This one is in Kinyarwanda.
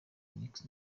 nic